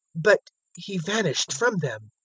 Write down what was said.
but he vanished from them.